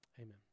Amen